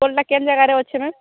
ଷ୍ଟଲ୍ଟା କେଉଁ ଯାଗାରେ ଅଛି ମ୍ୟାମ୍